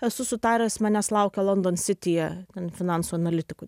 esu sutaręs manęs laukia london sityje ten finansų analitiku